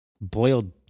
boiled